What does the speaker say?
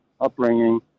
upbringing